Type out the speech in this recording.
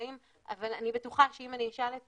נפלאים אבל אני בטוחה שאם אני אשאל את